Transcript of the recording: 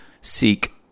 seek